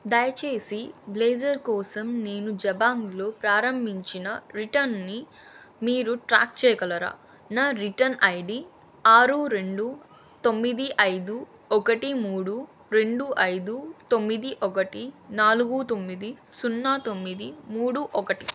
దయచేసి బ్లేజర్ కోసం నేను జబాంగ్లో ప్రారంభించిన రిటర్న్ని మీరు ట్రాక్ చేయగలరా నా రిటర్న్ ఐడీ ఆరు రెండు తొమ్మిది ఐదు ఒకటి మూడు రెండు ఐదు తొమ్మిది ఒకటి నాలుగు తొమ్మిది సున్నా తొమ్మిది మూడు ఒకటి